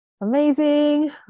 amazing